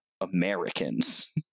americans